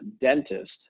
dentist